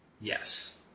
Yes